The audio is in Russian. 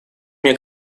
мне